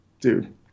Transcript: dude